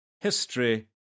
history